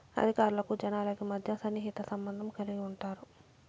అధికారులకు జనాలకి మధ్య సన్నిహిత సంబంధం కలిగి ఉంటారు